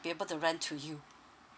be able to rent to you